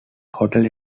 hotel